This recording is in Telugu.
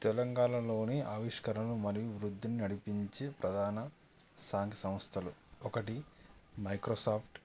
తెలంగాణలోని ఆవిష్కరణలు మరియు వృద్ధిని నడిపించే ప్రధాన సంఘ సంస్థలు ఒకటి మైక్రోసాఫ్ట్